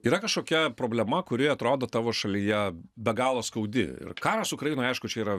yra kažkokia problema kuri atrodo tavo šalyje be galo skaudi ir karas ukrainoj aišku čia yra